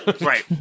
Right